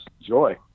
joy